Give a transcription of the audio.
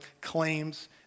claims